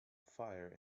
fire